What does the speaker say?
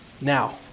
Now